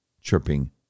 chirping